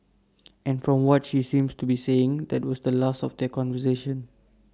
and from what she seems to be saying that was the last of their conversation